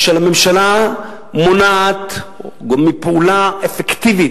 והממשלה מונעת פעולה אפקטיבית,